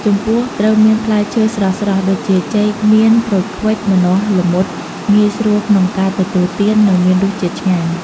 ចំពោះត្រូវមានផ្លែឈើស្រស់ៗ ដូចជា ចេក មៀន ក្រូចខ្វិច ម្នាស់ ល្មុត ងាយស្រួលក្នុងការទទួលទាន និងមានរសជាតិឆ្ងាញ់។